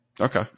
Okay